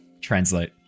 Translate